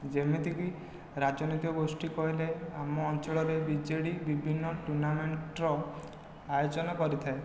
ଯେମିତିକି ରାଜନୈତିକ ଗୋଷ୍ଠୀ କହିଲେ ଆମ ଅଞ୍ଚଳରେ ବିଜେଡ଼ି ବିଭିନ୍ନ ଟୁର୍ଣ୍ଣାମେଣ୍ଟର ଆୟୋଜନ କରିଥାଏ